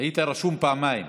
היית רשום פעמיים,